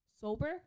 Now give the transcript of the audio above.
Sober